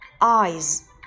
eyes